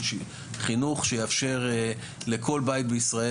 של חינוך שיאפשר לכל בית בישראל,